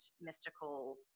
mystical